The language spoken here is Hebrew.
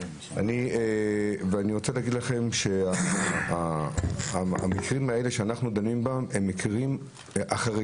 אני רוצה להגיד לכם שהמקרים האלה שאנחנו דנים בהם הם המקרים החריגים,